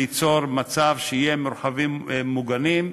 ליצור מצב שיהיו מרחבים מוגנים,